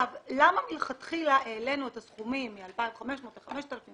למה מלכתחילה העלינו את הסכומים מ-2,500 ל-5,000,